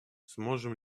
сможем